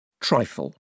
Trifle